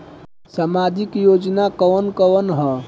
सामाजिक योजना कवन कवन ह?